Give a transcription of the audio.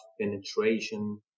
penetration